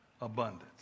abundance